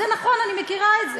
זה נכון, אני מכירה את זה,